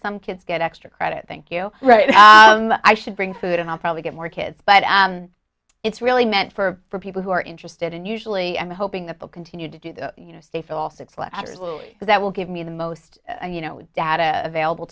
some kids get extra credit thank you right i should bring food and i'll probably get more kids but it's really meant for people who are interested in usually and hoping that they'll continue to do that you know stay for all six letters a little because that will give me the most you know data available